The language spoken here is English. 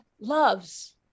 loves